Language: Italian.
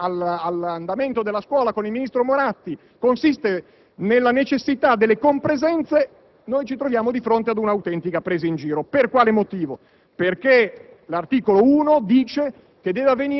riforma Fioroni rispetto all'andamento della scuola con il ministro Moratti consiste nella necessità delle compresenze, ci troviamo di fronte ad un'autentica presa in giro. Per quale motivo?